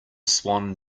swan